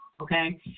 okay